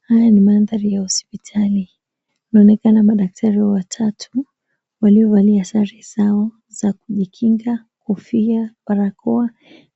Haya ni mandhari ya hospitali. Inaonekana madaktari watatu waliovalia sare zao za kujikinga; kofia, barakoa